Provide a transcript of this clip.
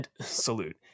Salute